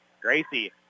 Gracie